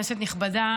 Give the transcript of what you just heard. כנסת נכבדה,